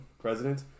president